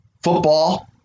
Football